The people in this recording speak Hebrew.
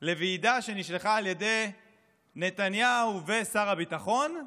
לוועידה שנשלחה על ידי נתניהו ושר הביטחון.